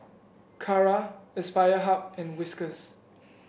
Kara Aspire Hub and Whiskas